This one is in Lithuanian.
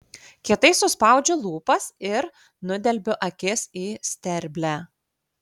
kietai suspaudžiu lūpas ir nudelbiu akis į sterblę